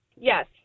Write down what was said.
Yes